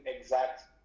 exact